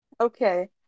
Okay